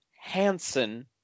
Hansen